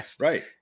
Right